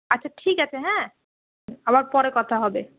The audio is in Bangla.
আচ্ছা ঠিক আছে হ্যাঁ আবার পরে কথা হবে